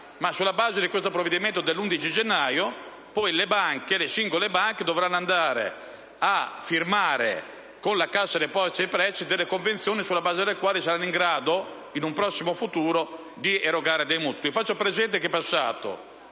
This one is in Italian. Sulla base di tale provvedimento, poi, le singole banche dovranno andare a firmare con la Cassa depositi e prestiti delle convenzioni in virtù delle quali saranno in grado, in un prossimo futuro, di erogare dei mutui. Faccio presente che sono passati